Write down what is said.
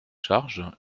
charges